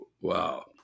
Wow